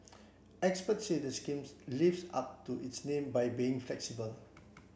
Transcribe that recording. experts said the scheme lives up to its name by being flexible